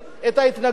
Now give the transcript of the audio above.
לכן, אדוני,